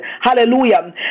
hallelujah